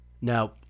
Now